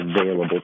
available